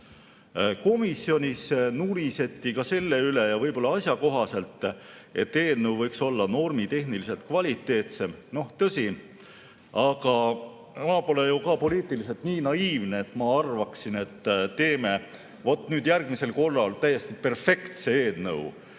Komisjonis nuriseti ka selle üle – ja võib-olla asjakohaselt –, et eelnõu võiks olla normitehniliselt kvaliteetsem. Noh, tõsi, aga ma pole ju ka poliitiliselt nii naiivne, et arvaksin, et teeme nüüd järgmisel korral täiesti perfektse eelnõu,